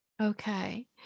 Okay